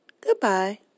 Goodbye